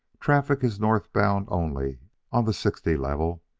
traffic is north-bound only on the sixty-level,